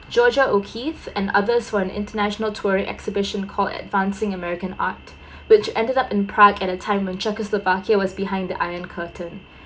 georgia o'keeffe and other's one international tour exhibition called advancing american art which ended up in prague at the time when czechoslovakia was behind the iron curtain